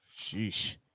sheesh